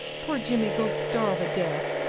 poor jimmy go starve a deff,